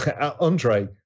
Andre